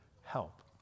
help